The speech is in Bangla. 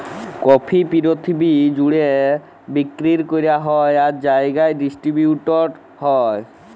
কফি পিরথিবি জ্যুড়ে বিক্কিরি ক্যরা হ্যয় আর জায়গায় ডিসটিরিবিউট হ্যয়